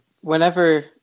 whenever